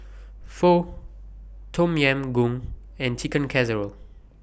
Pho Tom Yam Goong and Chicken Casserole